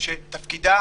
שתפקידה